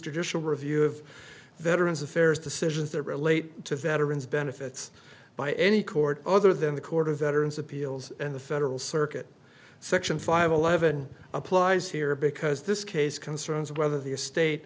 judicial review of veterans affairs decisions that relate to veterans benefits by any court other than the court of veterans appeals and the federal circuit section five eleven applies here because this case concerns whether the estate